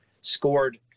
scored